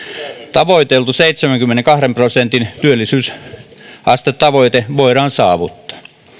tavoiteltu seitsemänkymmenenkahden prosentin työllisyysastetavoite voidaan saavuttaa